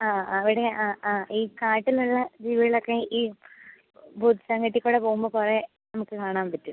ആ അവിടെ ആ ആ ഈ കാട്ടിലുള്ള ജീവികളൊക്കെ ഈ ഭൂതത്താൻ കെട്ടിൽ കൂടെ പോവുമ്പോൾ കുറേ നമുക്ക് കാണാൻ പറ്റും